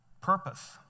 purpose